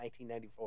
1994